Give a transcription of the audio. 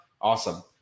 awesome